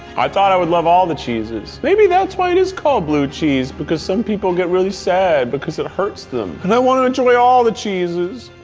i thought i would love all the cheeses. maybe that's why it is called blue cheese, because some people get really sad, because it hurts them and i wanted to enjoy all the cheeses.